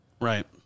Right